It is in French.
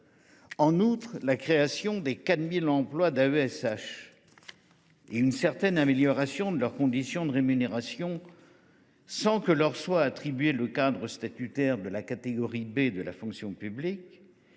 En outre, malgré la création de 4 000 emplois d’AESH et une certaine amélioration de leurs conditions de rémunération, sans que leur soit néanmoins attribué le cadre statutaire de la catégorie B de la fonction publique,